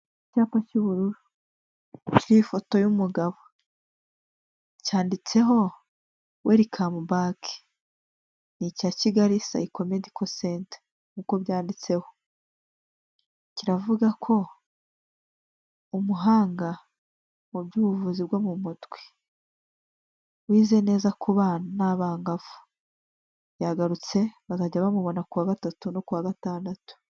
Icyapa cy'ubururu cy'ifoto y'umugabo cyanditseho Welcome back. Ni icya Kigali Psycho-medical centre, niko byanditseho. Kiravuga ko umuhanga mu by'ubuvuzi bwo mu mutwe wize neza ku bana n'abangavu. Yagarutse bazajya bamubona ku wa gatatu no ku wa gatandatu.